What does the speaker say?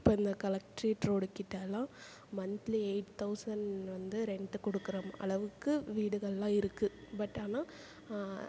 இப்போ இந்த கலெக்ட்ரேட் ரோடுக்கிட்டெல்லாம் மந்திலி எயிட் தௌசண்ட் வந்து ரெண்ட்டு கொடுக்குற அளவுக்கு வீடுகள் எல்லாம் இருக்கு பட் ஆனால்